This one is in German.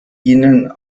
ihnen